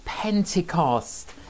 Pentecost